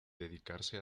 dedicarse